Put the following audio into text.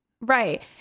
right